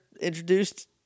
introduced